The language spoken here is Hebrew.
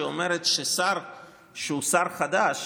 שאומרת ששר שהוא שר חדש